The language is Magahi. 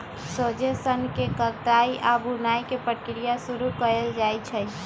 सोझे सन्न के कताई आऽ बुनाई के प्रक्रिया शुरू कएल जाइ छइ